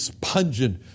pungent